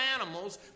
animals